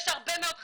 יש הרבה מאוד חסמים,